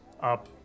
Up